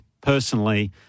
personally